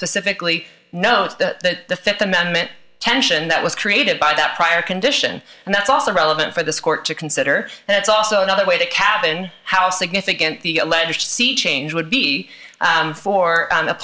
specifically notes that the fifth amendment tension that was created by that prior condition and that's also relevant for this court to consider and it's also another way to cabin how significant the alleged sea change would be for